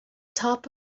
top